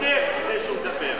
נפט לפני שהוא מדבר.